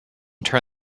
turn